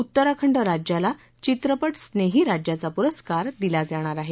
उत्तराखंड राज्याला चित्रपठ स्नेही राज्याचा पुरस्कार दिला जाणार आहे